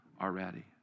already